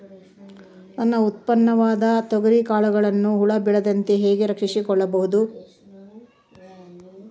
ನನ್ನ ಉತ್ಪನ್ನವಾದ ತೊಗರಿಯ ಕಾಳುಗಳನ್ನು ಹುಳ ಬೇಳದಂತೆ ಹೇಗೆ ರಕ್ಷಿಸಿಕೊಳ್ಳಬಹುದು?